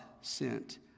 sent